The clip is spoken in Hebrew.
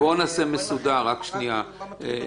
רק קול הגיון